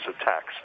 attacks